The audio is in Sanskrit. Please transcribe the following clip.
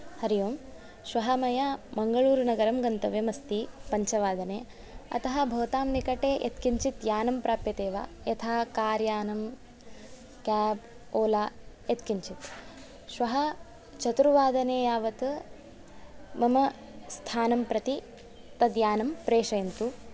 हरि ओम् श्वः मया मङ्गलूरुनगरं गन्तव्यम् अस्ति पञ्चवादने अतः भवतां निकटे यत् किञ्चित् यानं प्राप्यते वा यथा कार्यानं केब् ओला यत् किञ्चित् श्वः चतुर्वादने यावत् मम स्थानं प्रति तद् यानं प्रेषयन्तु